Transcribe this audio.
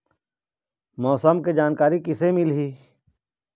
मौसम के जानकारी किसे मिलही?